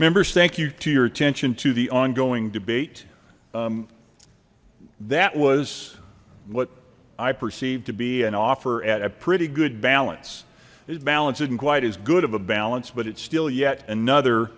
members thank you to your attention to the ongoing debate that was what i perceived to be an offer at a pretty good balance this balance isn't quite as good of a balance but it's still yet another